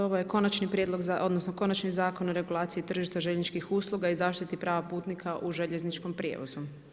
Ovo je Konačni prijedlog odnosno, Konačni zakon o regulaciji tržišta željezničkih usluga i zaštiti prava putnika u željezničkom prijevozu.